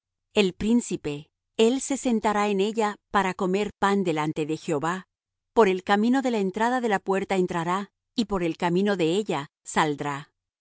el príncipe él se sentará en ella para comer pan delante de jehová por el camino de la entrada de la puerta entrará y por el camino de ella saldrá y